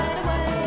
away